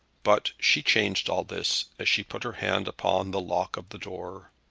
but she changed all this as she put her hand upon the lock of the door.